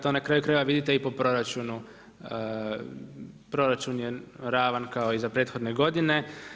To na kraju krajeva vidite i po proračunu, proračun je ravan kao i za prethodne godine.